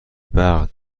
برق